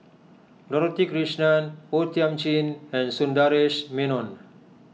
Dorothy Krishnan O Thiam Chin and Sundaresh Menon